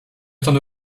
stąd